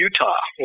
Utah